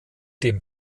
dem